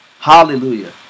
Hallelujah